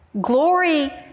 Glory